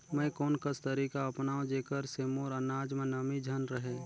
मैं कोन कस तरीका अपनाओं जेकर से मोर अनाज म नमी झन रहे?